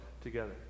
together